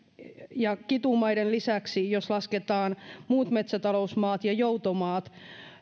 ja kitumaiden lisäksi jos lasketaan muut metsätalousmaat ja joutomaat